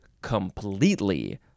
completely